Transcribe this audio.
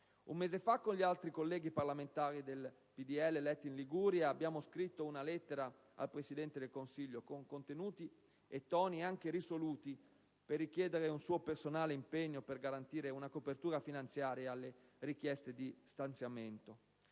Un mese fa, con gli altri colleghi parlamentari del PdL eletti in Liguria, abbiamo scritto una lettera al Presidente del Consiglio, con contenuti e toni anche risoluti per richiedere un suo personale impegno per garantire una copertura finanziaria alle richieste di stanziamento.